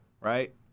right